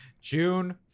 June